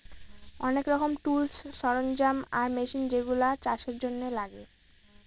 অনেক রকমের টুলস, সরঞ্জাম আর মেশিন হয় যেগুলা চাষের জন্য লাগে